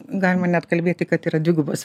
galima net kalbėti kad yra dvigubos